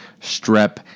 strep